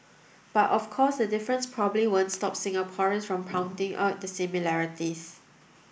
but of course the difference probably won't stop Singaporeans from pointing out the similarities